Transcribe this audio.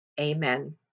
amen